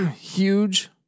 huge